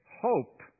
hope